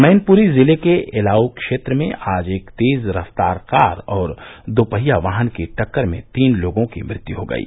मैनपुरी जिले के एलाऊ क्षेत्र में आज एक तेज रफ्तार कार और दोपहिया वाहन की टक्कर में तीन लोगों की मृत्यु हो गयी